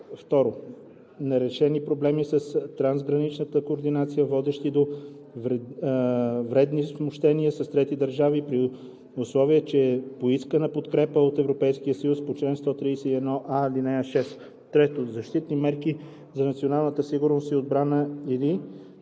4; 2. нерешени проблеми с трансграничната координация, водещи до вредни смущения с трети държави, при условие че е поискана подкрепа от Европейския съюз по чл. 131а, ал. 6; 3. защитни мерки за националната сигурност и отбрана,